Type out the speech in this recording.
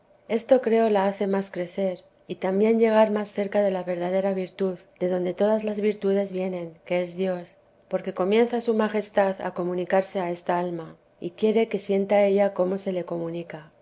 esto creo la hace más crecer y también llegar más cerca de la verdadera virtud de donde todas las virtudes vienen que es dios porque comienza su majestad a comunicarse a esta alma y quiere que sienta ella cómo se le comunica